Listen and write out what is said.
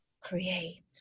create